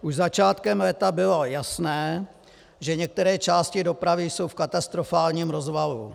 Už začátkem léta bylo jasné, že některé části dopravy jsou v katastrofálním rozvalu.